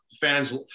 fans